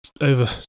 over